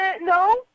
no